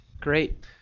Great